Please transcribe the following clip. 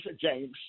James